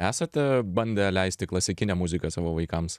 esate bandę leisti klasikinę muziką savo vaikams